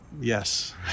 Yes